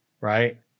right